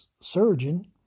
surgeon